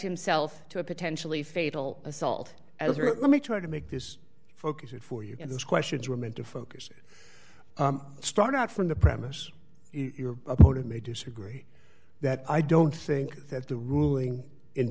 himself to a potentially fatal assault let me try to make this focus it for you and those questions were meant to focus start out from the premise your opponent may disagree that i don't think that the ruling in